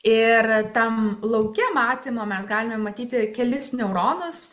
ir tam lauke matymo mes galime matyti kelis neuronus